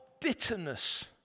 bitterness